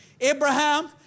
Abraham